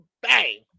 Bang